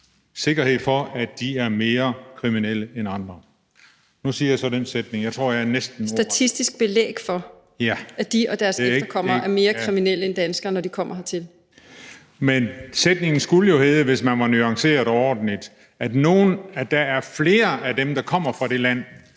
Jeg tror, at jeg næsten ramte den. (Mette Thiesen (NB): Statistisk belæg for, at de og deres efterkommere er mere kriminelle end danskere, når de kommer hertil). Men sætningen skulle jo, hvis man var nuanceret og ordentlig, hedde, at der er flere af dem, der kommer fra det land,